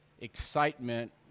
excitement